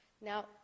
Now